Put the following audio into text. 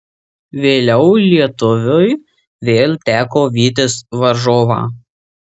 vėliau lietuviui vėl teko vytis varžovą